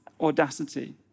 audacity